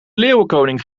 leeuwenkoning